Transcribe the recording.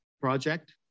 project